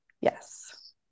Yes